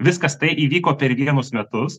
viskas tai įvyko per vienus metus